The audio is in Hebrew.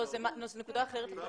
לא, זו נקודה אחרת לחלוטין.